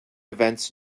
events